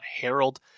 harold